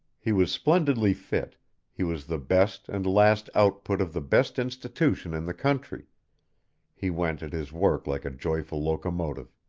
he was splendidly fit he was the best and last output of the best institution in the country he went at his work like a joyful locomotive.